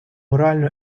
морально